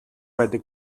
байдаг